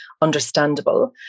understandable